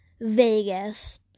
Vegas